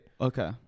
Okay